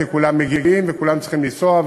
כי כולם מגיעים וכולם צריכים לנסוע,